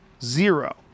zero